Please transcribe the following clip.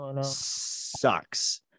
sucks